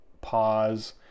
pause